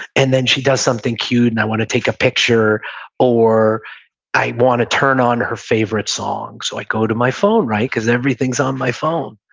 and then she does something cute, and i want to take a picture or i want to turn on her favorite song, so i go to my phone because everything's on my phone.